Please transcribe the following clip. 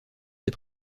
ses